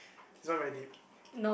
this one very deep